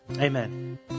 Amen